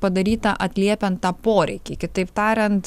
padaryta atliepiant tą poreikį kitaip tariant